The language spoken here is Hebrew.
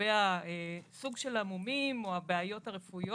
לגבי הסוג של המומים או הבעיות הרפואיות,